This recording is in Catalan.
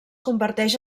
converteix